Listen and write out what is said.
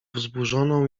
wzburzoną